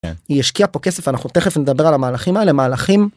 ישקיע פה כסף אנחנו תכף נדבר על המהלכים האלה מהלכים.